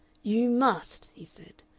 you must, he said,